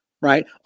Right